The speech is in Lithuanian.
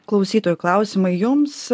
klausytojų klausimai jums